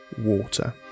water